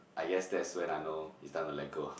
I guess that's when I know it's time to let go